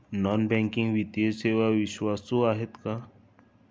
Non banking वित्तीय सेवा विश्वासू आहेत का?